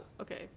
okay